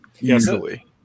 easily